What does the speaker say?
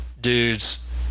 dudes